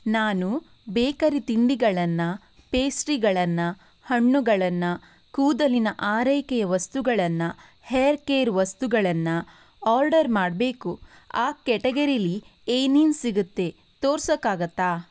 ನಾನು ಬೇಕರಿ ತಿಂಡಿಗಳನ್ನು ಪೇಸ್ಟ್ರಿಗಳನ್ನು ಹಣ್ಣುಗಳನ್ನು ಕೂದಲಿನ ಆರೈಕೆಯ ವಸ್ತುಗಳನ್ನು ಹೇರ್ ಕೇರ್ ವಸ್ತುಗಳನ್ನು ಆರ್ಡರ್ ಮಾಡಬೇಕು ಆ ಕ್ಯಾಟಗರಿಯಲ್ಲಿ ಏನೇನು ಸಿಗತ್ತೆ ತೋರ್ಸಕ್ಕಾಗತ್ತಾ